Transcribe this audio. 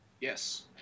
Yes